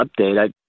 update